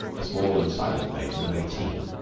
a small and silent maiden of eighteen,